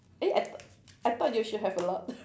eh I th~ I thought you should have a lot